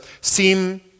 seem